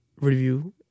review